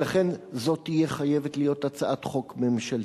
ולכן על הצעת החוק להסדרת ההתיישבות להיות הצעת חוק ממשלתית.